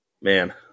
Man